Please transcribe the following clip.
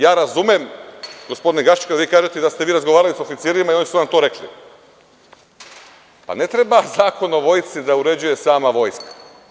Ja razumem, gospodine Gašiću, kada vi kažete da ste vi razgovarali sa oficirima i oni su vam to rekli, ali ne treba Zakon o Vojsci da uređuje sama Vojska.